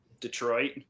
Detroit